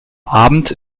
abend